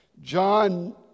John